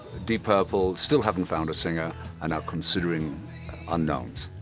deep purple still haven't found a singer and are considering unknowns.